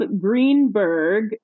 Greenberg